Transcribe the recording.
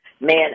man